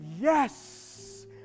Yes